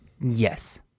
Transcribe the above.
Yes